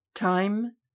Time